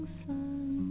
sun